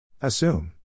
Assume